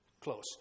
close